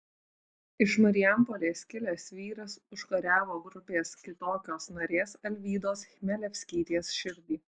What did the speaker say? iš marijampolės kilęs vyras užkariavo grupės kitokios narės alvydos chmelevskytės širdį